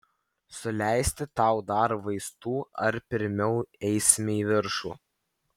suleisti tau dar vaistų ar pirmiau eisime į viršų